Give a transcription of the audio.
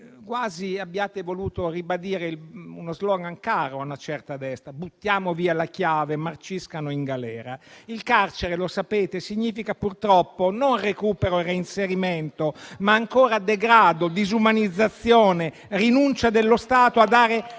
quasi che abbiate voluto ribadire uno *slogan* caro a una certa destra: buttiamo via la chiave, marciscano in galera. Il carcere, lo sapete, significa purtroppo non recupero e reinserimento, ma ancora degrado, disumanizzazione, rinuncia dello Stato